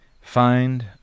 Find